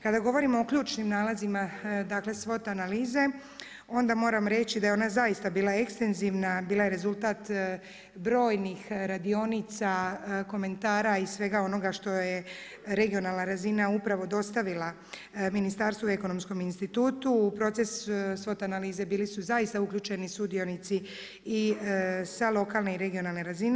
Kada govorimo o ključnim nalazima dakle, SWOT analize, onda moram reći da je ona zaista bila ekstenzivna, bila je rezultat brojnih radionica, komentara i svega onoga što je regionalna razina upravo dostavila ministarstvu i Ekonomskom institutu, u proces SWOT analize bili su zaista uključeni sudionici i sa lokalne i regionalne razine.